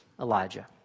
Elijah